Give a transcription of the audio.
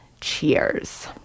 Cheers